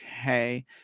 Okay